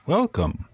Welcome